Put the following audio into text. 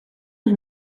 uns